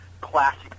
classic